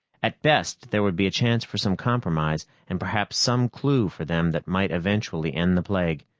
at best, there would be a chance for some compromise and perhaps some clue for them that might eventually end the plague.